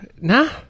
nah